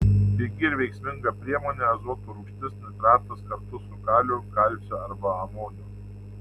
pigi ir veiksminga priemonė azoto rūgštis nitratas kartu su kaliu kalciu arba amoniu